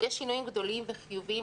יש שינויים גדולים וחיוביים,